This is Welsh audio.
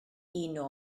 uno